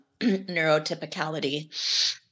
neurotypicality